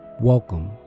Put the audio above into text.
Welcome